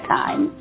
time